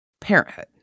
parenthood